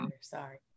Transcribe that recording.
sorry